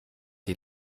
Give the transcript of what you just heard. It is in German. die